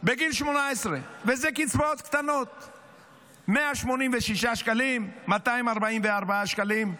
בגיל 18. וזה קצבאות קטנות, 186 שקלים, 244 שקלים,